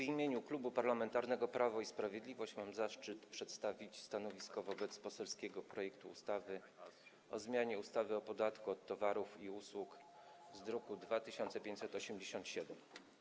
W imieniu Klubu Parlamentarnego Prawo i Sprawiedliwość mam zaszczyt przedstawić stanowisko wobec poselskiego projektu ustawy o zmianie ustawy o podatku od towarów i usług z druku nr 2587.